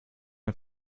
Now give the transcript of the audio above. der